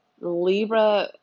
Libra